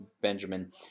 Benjamin